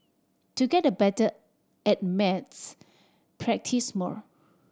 to get a better at maths practice more